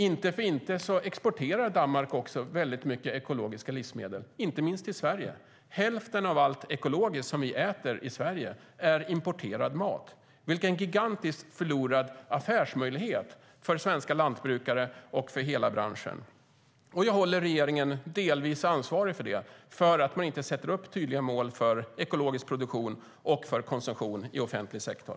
Inte för inte exporterar Danmark också mycket ekologiska livsmedel, inte minst till Sverige. Hälften av allt ekologiskt som vi äter i Sverige är importerad mat. Vilken gigantisk förlorad affärsmöjlighet det är för svenska lantbrukare och för hela branschen! Jag håller regeringen delvis ansvarig för det, för att man inte sätter upp tydliga mål för ekologisk produktion och för konsumtion i offentlig sektor.